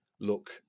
look